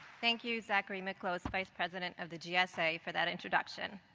thank you zachary miklos, vice president of the gsa, for that introduction.